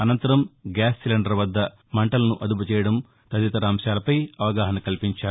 అనంతరం gas cylinder వద్ద మంటలను అదుపు చేయడం తదితర అంశాలపై అవగాహన కల్పించారు